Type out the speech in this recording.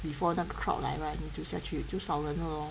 before 那个 crowd 来 right 你就下去就少人了 lor